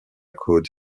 côte